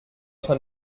train